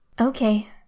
Okay